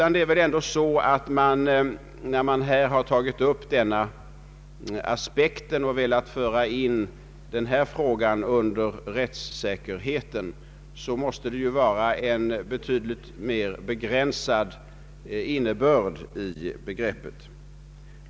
När nu reservanterna har tagit upp denna aspekt och velat föra in den under rättssäkerheten så måste de lägga in en mer begränsad innebörd i begreppet.